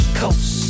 coast